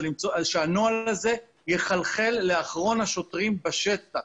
שהנוהל הזה יחלחל לאחרון השוטרים בשטח,